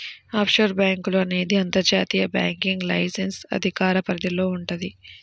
offshore బ్యేంకులు అనేది అంతర్జాతీయ బ్యాంకింగ్ లైసెన్స్ అధికార పరిధిలో వుంటది